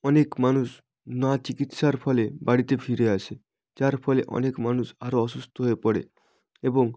অনেক মানুষ না চিকিৎসার ফলে বাড়িতে ফিরে আসে যার ফলে অনেক মানুষ আরো অসুস্থ হয়ে পড়ে এবং